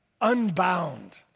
unbound